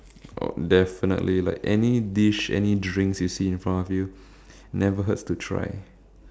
oh definitely like any dish any drinks you see in front of you never hurts to try